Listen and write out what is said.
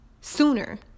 sooner